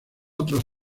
otros